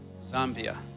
Zambia